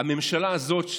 הממשלה הזאת,